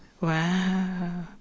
wow